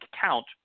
count